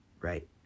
right